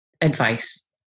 advice